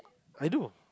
I do